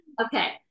Okay